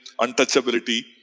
untouchability